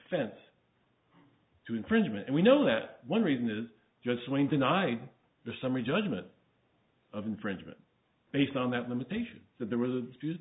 sense to infringement and we know that one reason is just when denied the summary judgment of infringement based on that limitation that there was an excuse